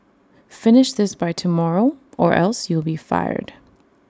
finish this by tomorrow or else you'll be fired